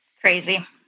crazy